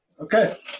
Okay